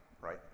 right